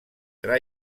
tra